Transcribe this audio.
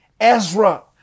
Ezra